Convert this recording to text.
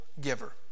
giver